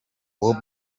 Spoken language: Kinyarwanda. bob